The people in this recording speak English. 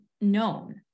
known